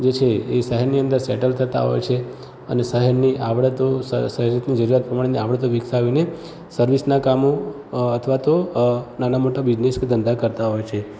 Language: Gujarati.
જે છે એ શહેરની અંદર સૅટલ થતા હોય છે અને શહેરની આવડતો સ શહેરની જરૂરિયાત પ્રમાણે આવડતો વિકસાવીને સર્વિસનાં કામો અથવા તો નાના મોટા બિઝનેસ કે ધંધા કરતા હોય છે